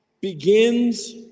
begins